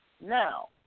Now